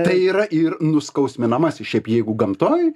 tai yra ir nuskausminamasis šiaip jeigu gamtoj